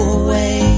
away